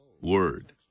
Word